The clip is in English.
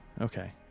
okay